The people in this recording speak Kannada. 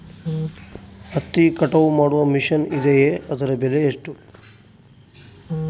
ಹತ್ತಿ ಕಟಾವು ಮಾಡುವ ಮಿಷನ್ ಇದೆಯೇ ಅದರ ಬೆಲೆ ಎಷ್ಟು?